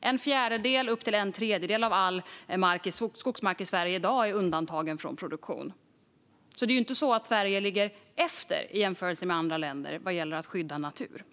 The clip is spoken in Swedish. en fjärdedel och en tredjedel av all skogsmark - lite beroende på hur man räknar - redan i dag är undantagen från produktion i Sverige. Det är alltså inte så att Sverige i jämförelse med andra länder ligger efter när det gäller att skydda natur.